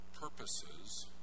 purposes